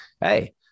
hey